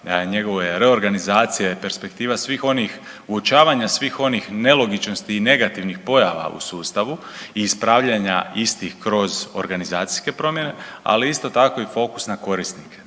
njegove reorganizacije, perspektiva svih onih uočavanja, svih onih nelogičnosti i negativnih pojava u sustavu i ispravljanja istih kroz organizacijske promjene, ali isto tako i fokus na korisnike,